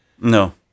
No